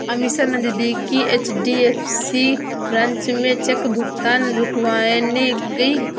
अमीषा नजदीकी एच.डी.एफ.सी ब्रांच में चेक भुगतान रुकवाने गई